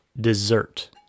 dessert